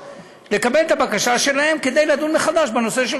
לקבל את הבקשה שלהם כדי לדון מחדש בנושא של